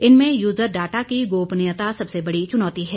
इनमें user data की गोपनीयता सबसे बड़ी चुनौती है